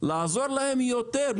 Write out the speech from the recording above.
לעזור להם יותר,